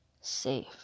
Safe